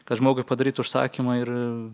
kad žmogui padaryt užsakymą ir